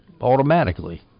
automatically